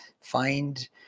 Find